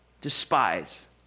despise